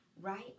Right